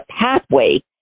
pathway